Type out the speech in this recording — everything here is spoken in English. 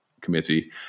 committee